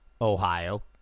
Ohio